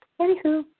anywho